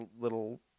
little